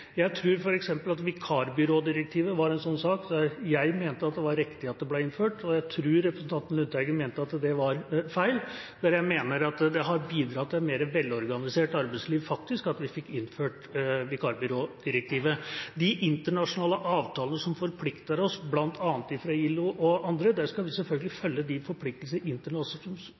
Jeg tror f.eks. at vikarbyrådirektivet var en sånn sak. Jeg mente at det var riktig at det ble innført, jeg tror representanten Lundteigen mente at det var feil. Jeg mener at det har bidratt til et mer velorganisert arbeidsliv at vi fikk innført vikarbyrådirektivet. De internasjonale avtalene som forplikter oss, bl.a. fra ILO og andre, som vi er deltagere i, skal vi selvfølgelig følge.